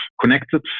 connected